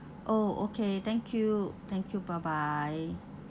oh okay thank you thank you bye bye